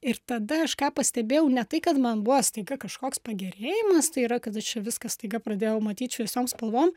ir tada aš ką pastebėjau ne tai kad man buvo staiga kažkoks pagerėjimas tai yra kad čia viskas staiga pradėjau matyt šviesiom spalvom